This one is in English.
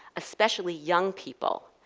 especially young people,